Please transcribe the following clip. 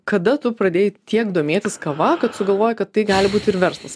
kada tu pradėjai tiek domėtis kava kad sugalvojai kad tai gali būt ir verslas